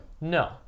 No